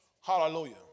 Hallelujah